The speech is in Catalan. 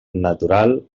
natural